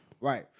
Right